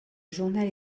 journal